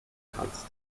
kannst